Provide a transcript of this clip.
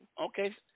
Okay